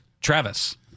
Travis